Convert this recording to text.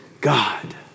God